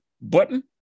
button